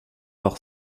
par